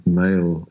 male